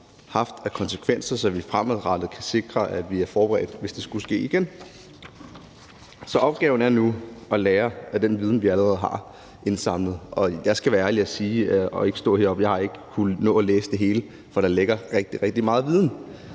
haft af konsekvenser, så vi fremadrettet kan sikre, at vi er forberedt, hvis det skulle ske igen. Så opgaven er nu at lære af den viden, vi allerede har indsamlet. Jeg skal være ærlig at sige, at jeg ikke har kunnet nå at læse det hele, for der ligger rigtig, rigtig meget viden